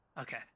Okay